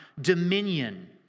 dominion